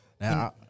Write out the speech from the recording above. Now